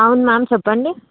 అవును మ్యామ్ చెప్పండి